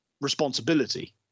responsibility